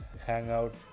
Hangout